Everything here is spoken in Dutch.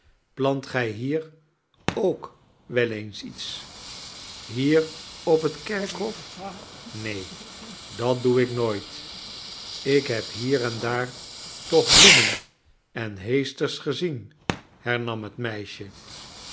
plant gij hier ook wel eens iets hier op het kerkhof neen dat doe ik nooit ik heb hier en daar toch bloemen en heesters gezien hernam het meisje